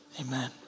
Amen